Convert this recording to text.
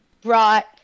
brought